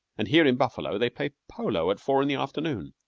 and here in buffalo they play polo at four in the afternoon.